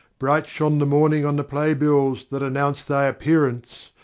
bright shone the morning on the play-bills that announced thy appearance,